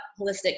holistic